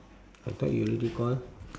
I thought you already call